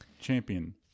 champion